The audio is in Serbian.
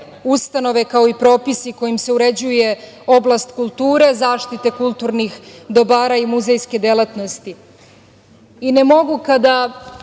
ustanove, kao i propisi kojima se uređuje oblast kulture, zaštite kulturnih dobara i muzejske delatnosti. Ne mogu kada